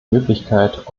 möglichkeit